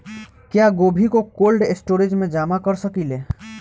क्या गोभी को कोल्ड स्टोरेज में जमा कर सकिले?